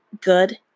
good